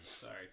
Sorry